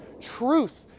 truth